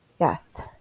yes